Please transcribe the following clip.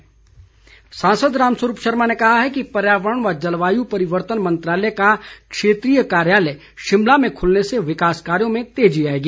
रामस्वरूप सांसद रामस्वरूप शर्मा ने कहा है कि पर्यावरण व जलवायु परिवर्तन मंत्रालय का क्षेत्रीय कार्यालय शिमला में खुलने से विकास कार्यों में तेज़ी आएगी